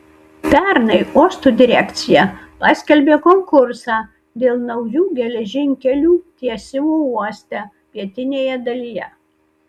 pernai uosto direkcija paskelbė konkursą dėl naujų geležinkelių tiesimo uoste pietinėje dalyje